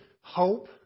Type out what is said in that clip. hope